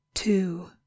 Two